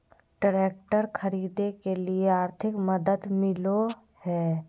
Tractor खरीदे के लिए आर्थिक मदद मिलो है?